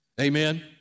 Amen